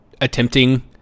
attempting